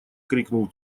крикнул